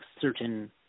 certain